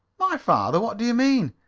my father? what do you mean?